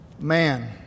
man